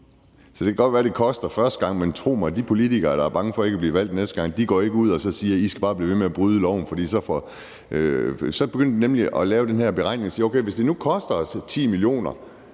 Det kan godt være, at det koster første gang, men tro mig, de politikere, der er bange for ikke at blive valgt næste gang, går ikke ud og siger: I skal bare blive ved med at bryde loven. For så begynder de nemlig at lave den her beregning og sige: Okay, hvis det nu koster os 10 mio.